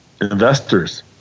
investors